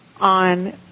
on